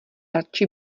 radši